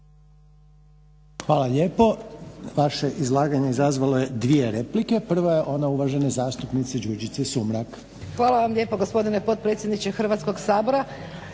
Hvala lijepo. Važe izlaganje izazvalo je dvije replike. Prva je ona uvažene zastupnice Đurđice Sumrak. **Sumrak, Đurđica (HDZ)** Hvala lijepo gospodine predsjedniče Hrvatskog sabora.